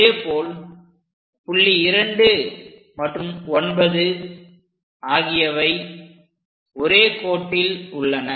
அதேபோல் புள்ளி 2 மற்றும் 9 ஆகியவை ஒரே கோட்டில் உள்ளன